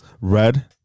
red